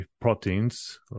proteins